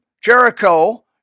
Jericho